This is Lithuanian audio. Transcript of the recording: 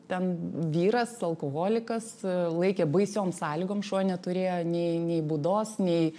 ten vyras alkoholikas laikė baisiom sąlygom šuo neturėjo nei nei būdos nei